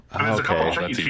okay